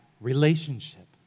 relationship